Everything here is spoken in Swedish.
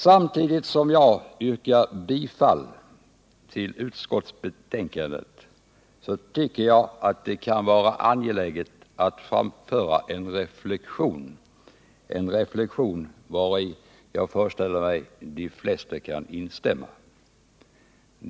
Samtidigt som jag yrkar bifall till utskottets hemställan tycker jag att det kan vara angeläget att framföra en reflexion, vari jag föreställer mig att de flesta kan instämma.